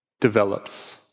develops